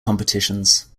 competitions